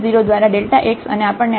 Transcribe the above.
તેથી 0 0 દ્વારા x અને આપણને આ 0